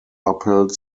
upheld